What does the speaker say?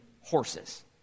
horses